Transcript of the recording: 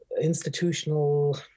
institutional